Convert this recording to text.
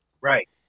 Right